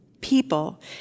people